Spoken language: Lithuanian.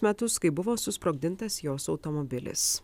metus kai buvo susprogdintas jos automobilis